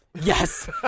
Yes